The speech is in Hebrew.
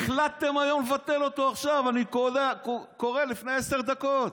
החלטתם לבטל אותו עכשיו, אני קורא לפני עשר דקות.